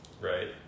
right